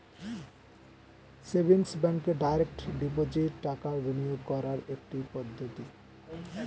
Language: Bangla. সেভিংস ব্যাঙ্কে ডাইরেক্ট ডিপোজিট টাকা বিনিয়োগ করার একটি পদ্ধতি